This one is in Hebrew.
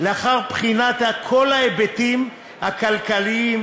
לאחר בחינת כל ההיבטים הכלכליים,